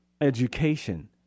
education